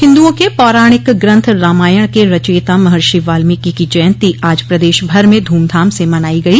हिन्दुओं के पौराणिक ग्रन्थ रामायण के रचयिता महर्षि बाल्मीकि की जयन्ती आज प्रदेश भर में धूमधाम से मनाई गई